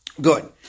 good